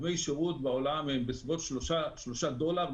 שדמי השירות בעולם הם בסביבות שלושה דולר,